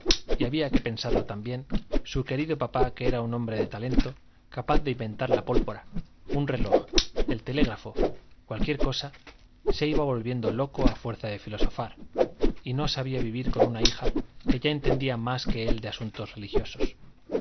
y había que pensarlo también su querido papá que era un hombre de talento capaz de inventar la pólvora un reloj el telégrafo cualquier cosa se iba volviendo loco a fuerza de filosofar y no sabía vivir con una hija que ya entendía más que él de asuntos religiosos